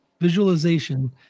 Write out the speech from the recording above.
visualization